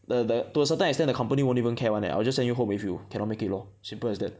the the to a certain extent the company won't even care [one] leh I will just send you home if you cannot make it lor simple as that